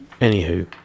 Anywho